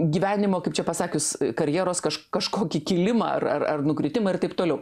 gyvenimo kaip čia pasakius karjeros kaš kažkokį kilimą ar ar nukritimą ir taip toliau